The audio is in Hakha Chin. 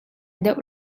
deuh